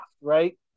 right